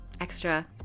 extra